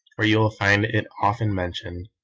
where you will find it often mentioned.